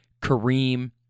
Kareem